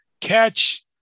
catch